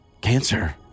Cancer